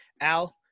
Al